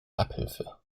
abhilfe